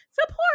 Support